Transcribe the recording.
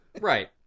Right